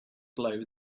blow